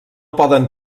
poden